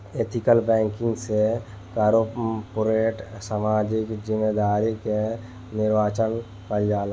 ethical banking से corporate सामाजिक जिम्मेदारी के निर्वाचन कईल जाला